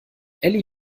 elli